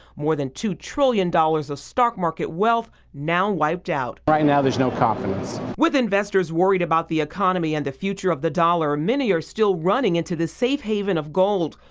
more than two trillion dollars of stock market wealth now wiped out. right now there's no confidence. with investors worried about the economy and the future of the dollar, many are still running to the safe haven of gold,